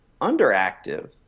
underactive